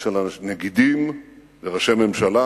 של נגידים וראשי ממשלה